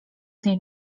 niej